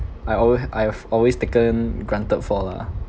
I always I've always taken granted for lah